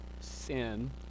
sin